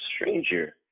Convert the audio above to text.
stranger